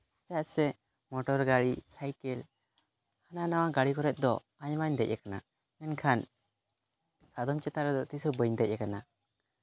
ᱪᱮᱫᱟᱜ ᱥᱮ ᱢᱳᱴᱚᱨ ᱜᱟᱹᱰᱤ ᱥᱟᱭᱠᱮᱞ ᱦᱟᱱᱟ ᱱᱚᱣᱟ ᱜᱟᱹᱰᱤ ᱠᱚᱨᱮᱜ ᱫᱚ ᱟᱭᱢᱟᱧ ᱫᱮᱡ ᱠᱟᱱᱟ ᱢᱮᱱᱠᱷᱟᱱ ᱥᱟᱫᱚᱢ ᱪᱮᱛᱟᱱ ᱨᱮᱫᱚ ᱛᱤᱥ ᱦᱚᱸ ᱵᱟᱹᱧ ᱫᱮᱡ ᱠᱟᱱᱟ